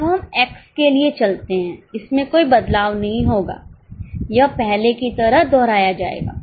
अब हम X के लिए चलते हैं इसमें कोई बदलाव नहीं होगा यह पहले की तरह दोहराया जाएगा